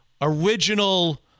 original –